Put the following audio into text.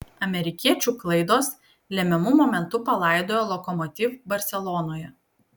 amerikiečių klaidos lemiamu momentu palaidojo lokomotiv barselonoje